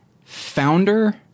founder –